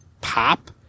pop